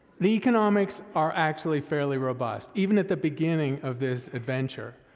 the economics are actually fairly robust, even at the beginning of this adventure.